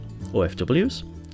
OFWs